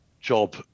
job